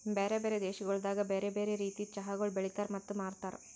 ಬ್ಯಾರೆ ಬ್ಯಾರೆ ದೇಶಗೊಳ್ದಾಗ್ ಬ್ಯಾರೆ ಬ್ಯಾರೆ ರೀತಿದ್ ಚಹಾಗೊಳ್ ಬೆಳಿತಾರ್ ಮತ್ತ ಮಾರ್ತಾರ್